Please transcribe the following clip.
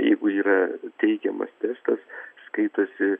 jeigu yra teigiamas testas skaitosi